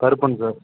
Karuppan sir